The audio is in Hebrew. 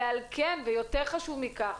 ויותר חשוב מכך,